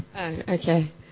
okay